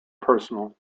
personal